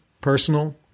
personal